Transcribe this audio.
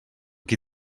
qui